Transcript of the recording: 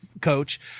coach